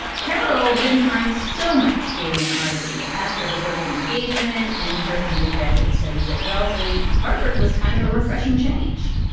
ah carol didn't mind so much being an oddity after her broken engagement and her undergraduate studies at wellesley, harvard was kind of a refreshing change,